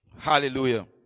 Hallelujah